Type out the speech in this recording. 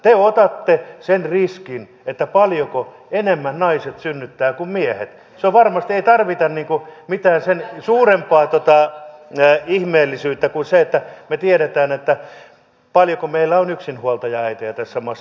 te otatte sen riskin että paljonko enemmän naiset synnyttävät kuin miehet ei tarvita mitään sen suurempaa ihmeellisyyttä kuin se että me tiedämme paljonko meillä on yksinhuoltajaäitejä tässä maassa